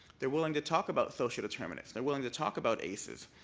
they're willing to talk about social determinants, they're willing to talk about aces.